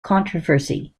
controversy